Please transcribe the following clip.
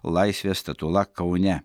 laisvės statula kaune